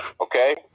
Okay